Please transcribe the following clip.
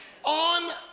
On